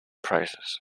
prices